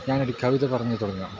ഞനൊരു കവിത പറഞ്ഞ് തുടങ്ങാം